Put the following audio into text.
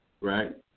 Right